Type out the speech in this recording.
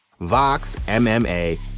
VOXMMA